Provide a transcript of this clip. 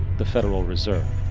the federal reserve.